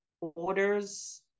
orders